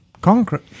concrete